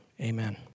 amen